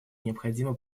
необходимо